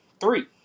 Three